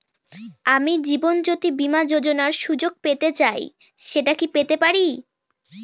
আমি জীবনয্যোতি বীমা যোযোনার সুযোগ পেতে চাই সেটা কি পেতে পারি?